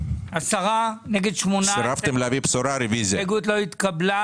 הצבעה לא אושר 10 נגד 8. ההסתייגות לא התקבלה.